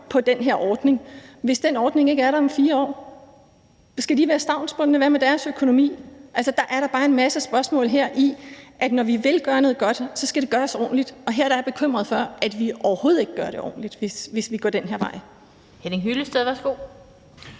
på den her ordning, hvis den ordning ikke er der om 4 år? Skal de være stavnsbundne? Hvad med deres økonomi? Der er da bare en masse spørgsmål. Så når vi vil gøre noget godt, skal det gøres ordentligt, og her er jeg bekymret for, at vi overhovedet ikke gør det ordentligt, hvis vi går den her vej. Kl. 16:22 Den fg.